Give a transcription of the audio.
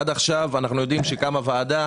עד עכשיו אנחנו יודעים שקמה ועדה.